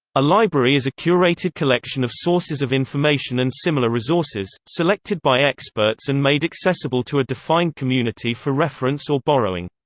a library is a curated collection of sources of information and similar resources, selected by experts and made accessible to a defined community for reference or borrowing.